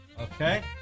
Okay